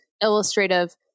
illustrative